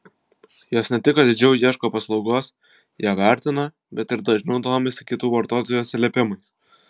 jos ne tik atidžiau ieško paslaugos ją vertina bet ir dažniau domisi kitų vartotojų atsiliepimais